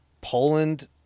poland